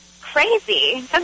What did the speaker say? crazy